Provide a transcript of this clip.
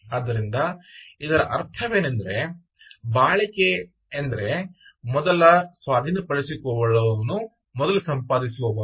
ಆದ್ದರಿಂದ ಇದರ ಅರ್ಥವೇನೆಂದರೆ ಬಾಳಿಕೆ ಎಂದರೆ ಮೊದಲ ಸ್ವಾಧೀನಪಡಿಸಿಕೊಳ್ಳುವವನು ಮೊದಲು ಸಂಪಾದಿಸುವವನು